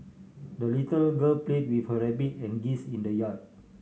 the little girl played with her rabbit and geese in the yard